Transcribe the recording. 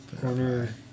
Corner